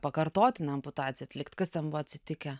pakartotiną amputaciją atlikt kas ten buvo atsitikę